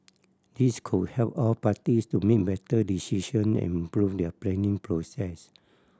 this could help all parties to make better decision and improve their planning processes